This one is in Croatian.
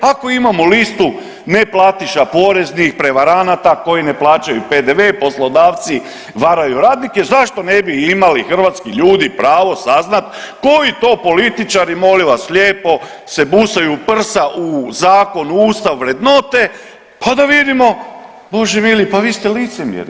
Ako imamo listu neplatiša poreznih, prevaranata koji ne plaćaju PDV, poslodavci varaju radnike zašto ne bi imali hrvatski ljudi pravo saznati koji to političari molim vas lijepo se busaju u prsa u zakon, u Ustav, u vrednote pa da vidimo bože mili pa vi ste licemjeri.